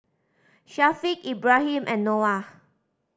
Syafiq Ibrahim and Noah